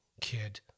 kid